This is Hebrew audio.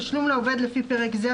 תשלום לעובד לפי פרק זה,